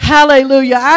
Hallelujah